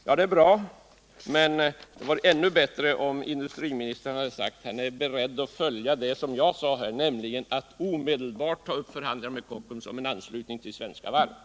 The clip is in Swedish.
Ja, det är bra, men det vore ännu bättre om industriministern hade sagt att han är beredd att följa mitt förslag, nämligen att omedelbart ta upp förhandlingar med Kockums om en anslutning till Svenska Varv AB.